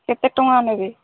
କେତେ ଟଙ୍କା ନେବେ